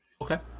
Okay